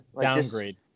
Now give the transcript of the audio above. downgrade